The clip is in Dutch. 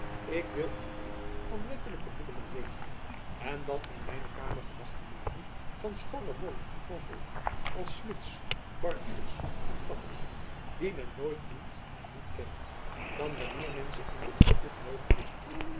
ik wil alleen van wettelijke middelen weten en dan in mijne kamer gewach te maken van schorriemorrie van volk als jacob van lennep elizabeth musch smids barbiers en tappers die men nooit noemt en niet kent dan wanneer men ze in hun beroep noodig heeft